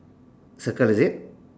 circle is it